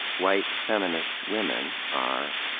white feminist women are,